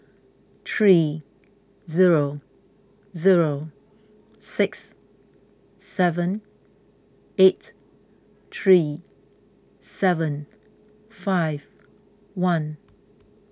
three zero zero six seven eight three seven five one